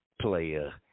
player